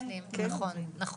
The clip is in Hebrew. נכון,